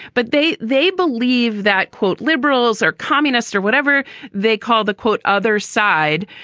but they they believe that, quote, liberals are communists or whatever they call the quote, other side.